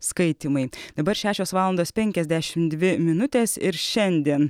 skaitymai dabar šešios valandos penkiasdešimt dvi minutės ir šiandien